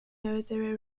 military